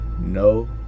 No